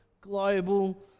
global